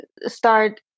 start